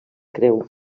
creu